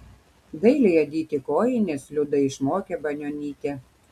dailiai adyti kojines liudą išmokė banionytė